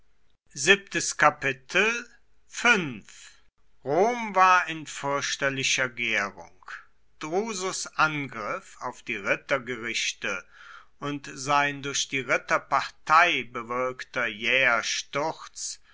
rom war in fürchterlicher gärung drusus angriff auf die rittergerichte und sein durch die ritterpartei bewirkter jäher sturz